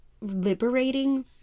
liberating